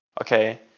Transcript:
Okay